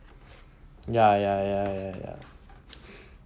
ya ya ya ya